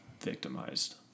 victimized